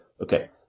Okay